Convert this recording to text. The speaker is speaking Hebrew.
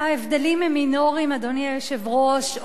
ההבדלים הם מינוריים, אדוני היושב-ראש.